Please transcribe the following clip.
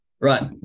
Right